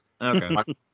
Okay